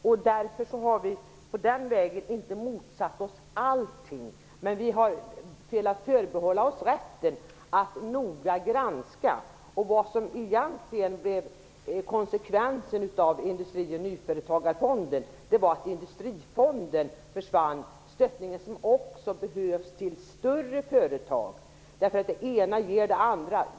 Vi har av den anledningen inte motsatt oss allting, men vi har velat förbehålla oss rätten till en noggrann granskning. Konsekvensen av inrättandet av Industri och nyföretagarfonden var att Industrifonden försvann och därmed stödet till större företag, som också behövs. Det ena ger ju det andra.